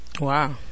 wow